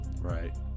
Right